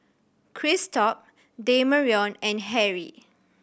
Christop Demarion and Harry